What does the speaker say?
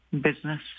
business